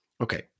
okay